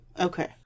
Okay